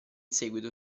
seguito